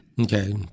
Okay